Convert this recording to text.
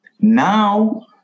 Now